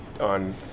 on